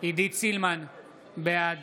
בעד